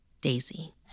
Daisy